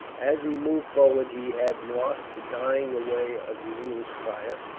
as he moved forward, he had marked the dying away of the english fire,